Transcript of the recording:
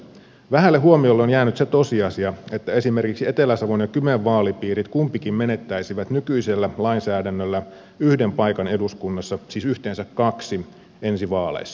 vähälle huomiolle on jäänyt se tosiasia että esimerkiksi etelä savon ja kymen vaalipiirit kumpikin menettäisivät nykyisellä lainsäädännöllä yhden paikan eduskunnassa siis yhteensä kaksi ensi vaaleissa